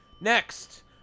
Next